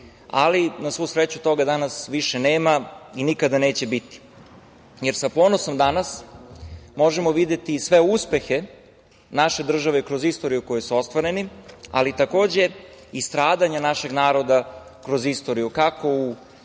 ali, na svu sreću toga danas više nema i nikada neće biti. Sa ponosom danas možemo videti sve uspehe naše države kroz istoriju koju su ostvareni, ali takođe i stradanja našeg naroda kroz istoriju, kako u